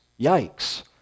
Yikes